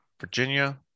Virginia